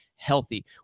healthy